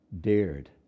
dared